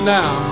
now